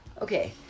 Okay